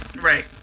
Right